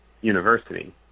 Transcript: university